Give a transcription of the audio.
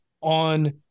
on